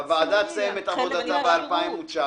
הוועדה תסיים את עבודתה ב-2019.